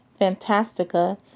fantastica